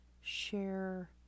share